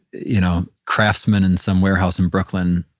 you know craftsman in some warehouse in brooklyn,